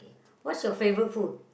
what is your favorite food